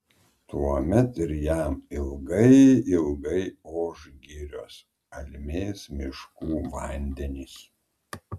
tuomet ir jam ilgai ilgai oš girios almės miškų vandenys